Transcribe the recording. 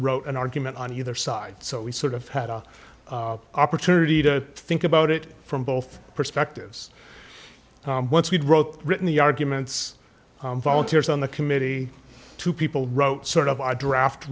wrote an argument on either side so we sort of had an opportunity to think about it from both perspectives one speed wrote written the arguments volunteers on the committee two people wrote sort of our draft